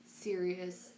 serious